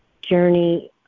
journey